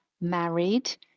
married